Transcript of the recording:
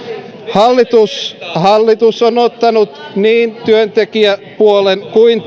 hallitus hallitus on ottanut niin työntekijäpuolen kuin